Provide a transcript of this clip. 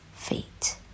feet